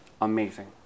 amazing